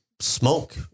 smoke